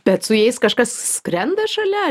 bet su jais kažkas skrenda šalia ar